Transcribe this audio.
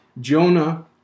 Jonah